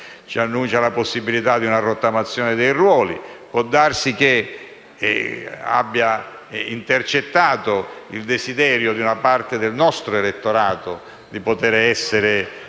fiscale e la possibilità di una rottamazione dei ruoli. Può darsi che abbia intercettato il desiderio di una parte del nostro elettorato a essere